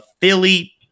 Philly